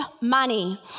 money